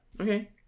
Okay